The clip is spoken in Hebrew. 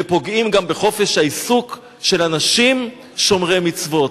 ופוגעים גם בחופש העיסוק של אנשים שומרי מצוות.